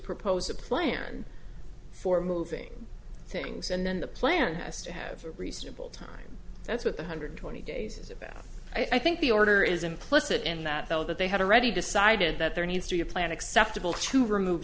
propose a plan for moving things and then the plan is to have a reasonable time that's what the hundred twenty days is about i think the order is implicit in that though that they had already decided that there needs to be a plan acceptable to remove